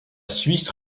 suisse